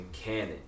canon